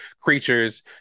creatures